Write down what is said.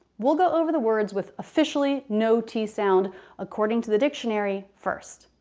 we'll go over the words with officially no t sound according to the dictionary first.